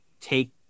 take